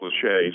cliches